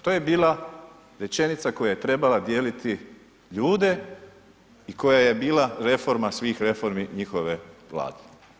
To je bila rečenica koja je trebala dijeliti ljude i koja bila reforma svih reformi njihove vlade.